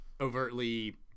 overtly